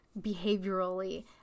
behaviorally